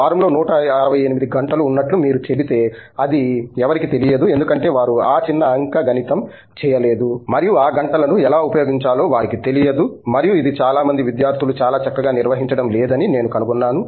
వారంలో 168 గంటలు ఉన్నట్లు మీరు చెబితే అధి ఎవరికీ తెలియదు ఎందుకంటే వారు ఆ చిన్న అంకగణితం చేయలేదు మరియు ఆ గంటలను ఎలా ఉపయోగించాలో వారికి తెలియదు మరియు ఇది చాలా మంది విద్యార్థులు చాలా చక్కగా నిర్వహించడం లేదని నేను కనుగొన్నాను